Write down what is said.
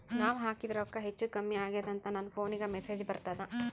ನಾವ ಹಾಕಿದ ರೊಕ್ಕ ಹೆಚ್ಚು, ಕಮ್ಮಿ ಆಗೆದ ಅಂತ ನನ ಫೋನಿಗ ಮೆಸೇಜ್ ಬರ್ತದ?